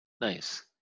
nice